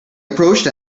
approached